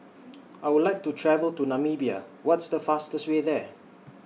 I Would like to travel to Namibia What's The fastest Way There